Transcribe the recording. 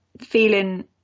feeling